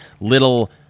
little